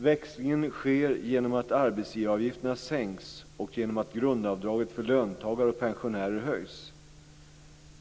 Växlingen sker genom att arbetsgivaravgifterna sänks och genom att grundavdraget för löntagare och pensionärer höjs.